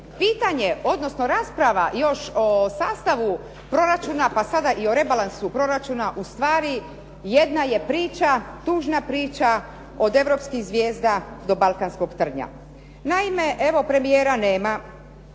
pitanje odnosno rasprava još o sastavu proračuna pa sada i o rebalansu proračuna ustvari jedna je priča, tužna priča od europskih zvijezda do balkanskog trnja. Naime, evo premijera nema.